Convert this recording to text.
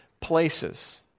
places